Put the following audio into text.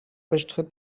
bestritt